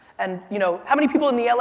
and, you know, how many people in the l a.